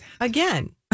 again